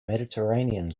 mediterranean